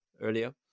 earlier